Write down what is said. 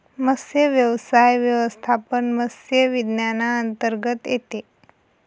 मत्स्यव्यवसाय व्यवस्थापन मत्स्य विज्ञानांतर्गत येते